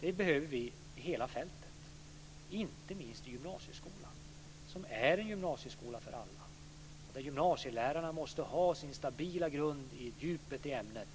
Det behöver vi i hela fältet, inte minst i gymnasieskolan, som är en gymnasieskola för alla. Gymnasielärarna måste ha sin stabila grund när det gäller djupet i ämnet,